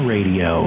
Radio